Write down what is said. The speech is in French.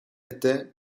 étaient